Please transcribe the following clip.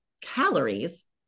calories